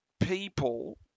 people